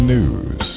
News